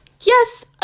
Yes